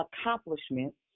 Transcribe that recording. accomplishments